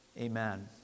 Amen